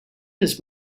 his